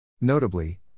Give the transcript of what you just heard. Notably